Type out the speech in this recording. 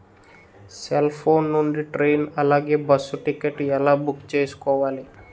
Cell phone నుండి train అలాగే bus ticket ఎలా బుక్ చేసుకోవాలి?